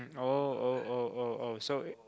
oh oh oh oh so it